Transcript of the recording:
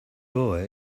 boy